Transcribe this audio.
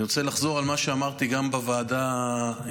אני רוצה לחזור על מה שאמרתי גם בוועדה בבוקר,